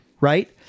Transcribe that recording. Right